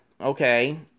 okay